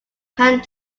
hand